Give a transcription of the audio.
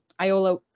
Iola